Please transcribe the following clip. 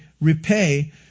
repay